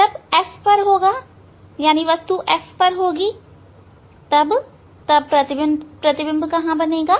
जब F पर होगा अर्थात वस्तु F पर होगी तब प्रतिबिंब अनंत पर बनेगा